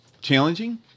Challenging